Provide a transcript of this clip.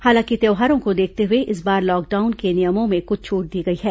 हालांकि त्यौहारों को देखते हुए इस बार लॉकडाउन के नियमों में क्छ छूट दी गई है